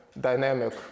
dynamic